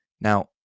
now